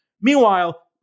Meanwhile